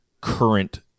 current